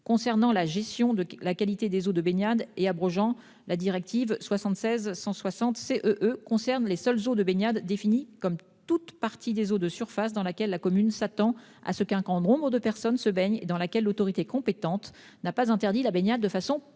concernant la gestion de la qualité des eaux de baignade et abrogeant la directive 76/160/CEE concerne les seules eaux de baignade, définies comme toute partie des eaux de surface dans laquelle l'autorité compétente s'attend à ce qu'un grand nombre de personnes se baignent et dans laquelle elle n'a pas interdit ou déconseillé la baignade de façon permanente.